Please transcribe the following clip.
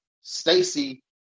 Stacy